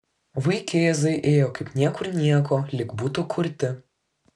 vaikėzai ėjo kaip niekur nieko lyg būtų kurti